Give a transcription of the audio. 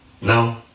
No